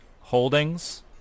Holdings